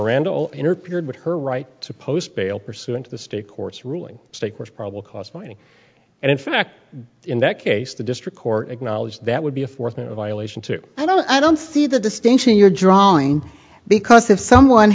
miranda interfered with her right to post bail pursuant to the state court's ruling stake which probably cost money and in fact in that case the district court acknowledged that would be a fourth no violation to i don't i don't see the distinction you're drawing because if someone